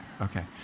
Okay